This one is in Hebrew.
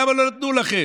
למה לא נתנו לכם?